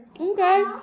Okay